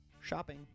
Shopping